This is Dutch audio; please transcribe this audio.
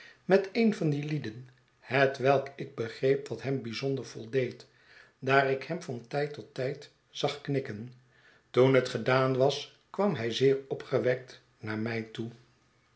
met een van die lieden hetwelk ik begreep dat hem bijzonder voldeed daar ik hem van tijd tot tijd zag knikken toen het gedaan was kwam hij zeer opgewekt naar mij toe